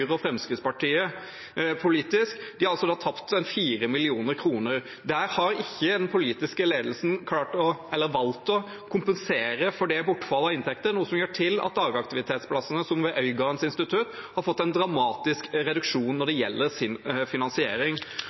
og Fremskrittspartiet politisk: De har tapt 4 mill. kr. Der har den politiske ledelsen valgt å ikke kompensere for bortfallet av inntekter, noe som gjør at dagaktivitetsplassene, som ved Øygardens Institutt, har fått en dramatisk reduksjon når det gjelder finansiering.